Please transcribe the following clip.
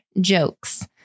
jokes